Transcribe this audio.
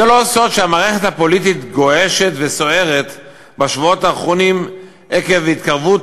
זה לא סוד שהמערכת הפוליטית גועשת וסוערת בשבועות האחרונים עקב התקרבות